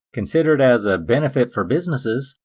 considered as a benefit for businesses,